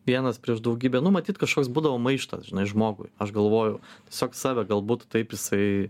vienas prieš daugybę nu matyt kažkoks būdavo maištas žinai žmogui aš galvoju tiesiog save galbūt taip jisai